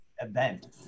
event